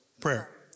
prayer